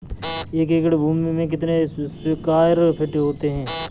एक एकड़ भूमि में कितने स्क्वायर फिट होते हैं?